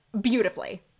beautifully